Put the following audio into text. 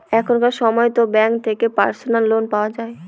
এখনকার সময়তো ব্যাঙ্ক থেকে পার্সোনাল লোন পাওয়া যায়